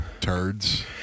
turds